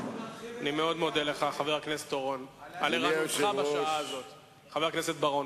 מאוד קל להתמכר ולהיות כל הזמן אופוזיציה לכל דבר.